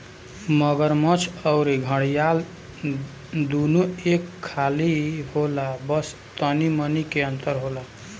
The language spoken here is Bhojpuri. मगरमच्छ अउरी घड़ियाल दूनो एके खानी होला बस तनी मनी के अंतर होला